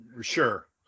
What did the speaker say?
Sure